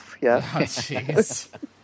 Yes